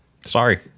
sorry